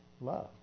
Love